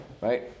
right